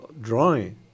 drawing